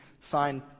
signed